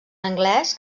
anglès